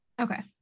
Okay